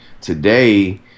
today